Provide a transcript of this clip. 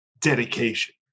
dedication